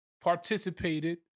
participated